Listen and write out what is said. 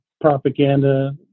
propaganda